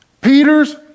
Peter's